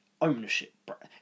ownership